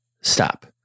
stop